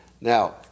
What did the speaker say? Now